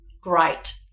great